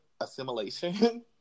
Assimilation